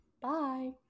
Bye